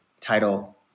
title